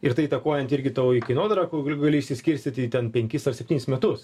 ir tai įtakojant irgi kainodarą gali išsiskirstyt į ten penkis ar septynis metus